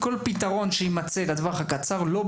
כלל משרדי הממשלה מסכימים עם זה.